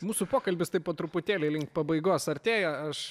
mūsų pokalbis taip po truputėlį link pabaigos artėja aš